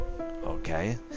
okay